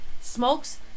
smokes